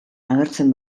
agertzen